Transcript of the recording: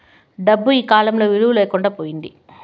డబ్బు ఈకాలంలో విలువ లేకుండా పోయింది